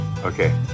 okay